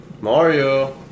Mario